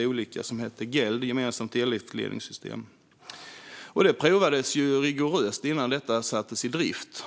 hela landet - GELD, gemensamt eldriftsledningssystem - i stället för att ha åtta olika. Det provades rigoröst innan det sattes i drift.